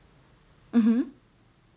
mmhmm